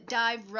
dive